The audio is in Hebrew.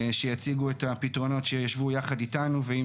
שיציגו את הפתרונות שישבו יחד איתנו ועם